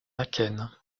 akène